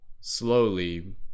Slowly